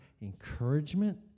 encouragement